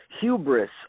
hubris